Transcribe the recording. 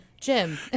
Jim